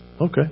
Okay